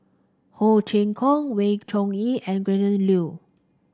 Ho Chee Kong Wee Chong Jin and Gretchen Liu